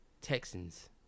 Texans